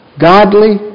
godly